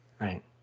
Right